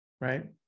right